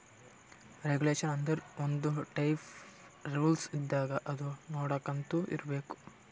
regulation ಆಂದುರ್ ಒಂದ್ type rules ಇದ್ದಂಗ ಅದು ನೊಡ್ಕೊಂತಾ ಇರ್ಬೇಕ್